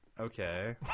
okay